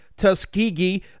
Tuskegee